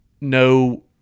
no